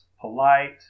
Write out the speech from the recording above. polite